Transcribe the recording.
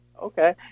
Okay